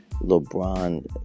LeBron